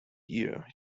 year